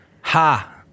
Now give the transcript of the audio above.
ha